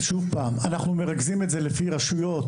שוב פעם, אנחנו מרכזים את זה לפי רשויות.